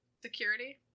Security